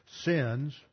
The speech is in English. sins